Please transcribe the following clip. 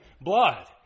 blood